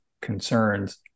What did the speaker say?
concerns